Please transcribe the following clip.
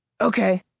Okay